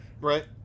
right